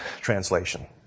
translation